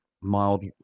mild